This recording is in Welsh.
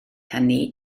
hynny